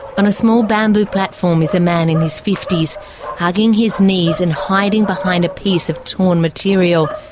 on a small bamboo platform is a man in his fifty s hugging his knees and hiding behind a piece of torn material.